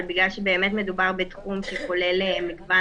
אבל כיוון שבאמת מדובר בתחום שכולל מגוון